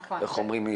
נכון.